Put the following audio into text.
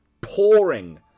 pouring